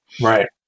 Right